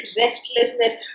restlessness